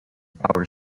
power